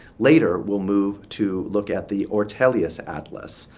later, we'll move to look at the ortelius atlas,